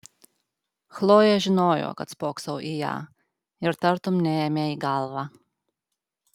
chlojė žinojo kad spoksau į ją ir tartum neėmė į galvą